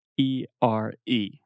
E-R-E